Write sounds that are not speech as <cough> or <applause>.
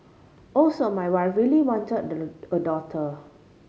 also my wife really wanted <unintelligible> a daughter